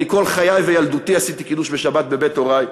כל חיי וילדותי עשיתי קידוש בשבת בבית הורי.